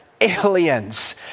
Aliens